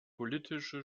politische